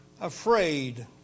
afraid